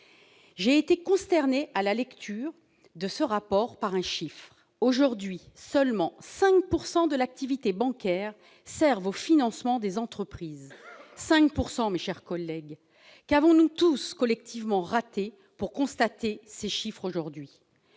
J'ai été consternée, à la lecture de ce rapport, par un chiffre : 5 % seulement de l'activité bancaire servent au financement des entreprises ; 5 %, mes chers collègues ! Qu'avons-nous tous collectivement raté pour constater de tels chiffres aujourd'hui ?